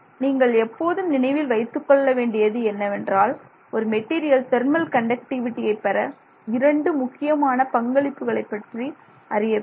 உங்கள் எப்போதும் நினைவில் வைத்துக்கொள்ள வேண்டியது என்னவென்றால் ஒரு மெட்டீரியல் தெர்மல் கண்டக்டிவிடியை பெற இரண்டு முக்கியமான பங்களிப்புகளை பற்றி அறிய வேண்டும்